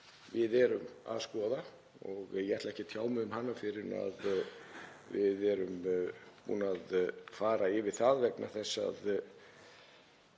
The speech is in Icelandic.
við erum að skoða og ég ætla ekki að tjá mig um hana fyrr en við erum búin að fara yfir það vegna þess að